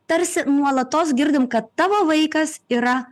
tarsi nuolatos girdim kad tavo vaikas yra